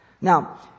Now